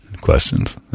Questions